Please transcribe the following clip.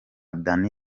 danny